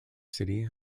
city